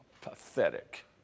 Pathetic